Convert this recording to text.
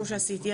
כמו שעשיתי,